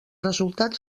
resultats